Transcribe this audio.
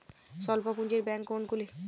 স্বল্প পুজিঁর ব্যাঙ্ক কোনগুলি?